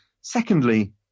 Secondly